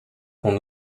qu’on